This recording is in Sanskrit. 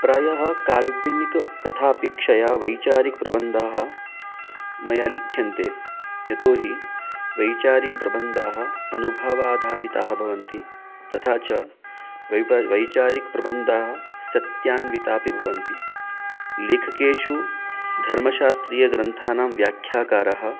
प्रायः काल्पनिककथापेक्षया वैचारिकप्रबन्धाः मया लिख्यन्ते यतो हि वैचारिकप्रबन्धाः अनुभवाधारिताः भवन्ति तथा च वैप वैचारिकप्रबन्धाः सत्यान्विताः अपि भवन्ति लेखकेषु धर्मशास्त्रीयग्रन्थानां व्याख्याकारः